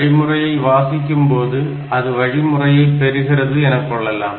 வழிமுறையை வாசிக்கும்போது அது வழிமுறையை பெறுகிறது எனக்கொள்ளலாம்